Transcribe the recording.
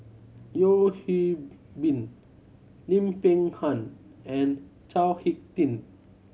Yeo Hwee Bin Lim Peng Han and Chao Hick Tin